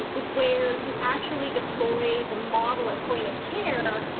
ah where you actually deploy the model at point of care,